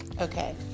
Okay